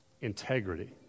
integrity